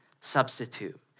substitute